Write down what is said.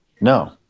No